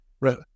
right